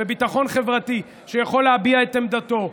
וביטחון חברתי שיכול להביע את עמדתו.